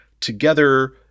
together